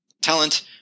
talent